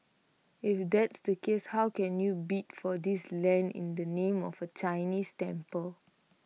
if that's the case how can you bid for this land in the name of A Chinese temple